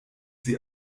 sie